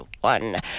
one